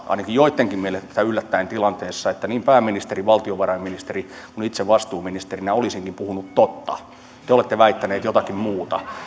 ainakin joittenkin mielestä yllättäen tilanteessa jossa niin pääministeri valtiovarainministeri kuin itse vastuuministerinä olisimmekin puhuneet totta te olette väittänyt jotakin muuta